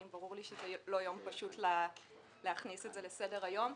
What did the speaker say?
ברור לי שזה לא יום פשוט להכניס את זה לסדר היום.